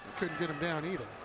couldn't get him down either.